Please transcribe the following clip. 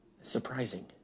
surprising